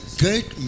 great